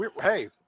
Hey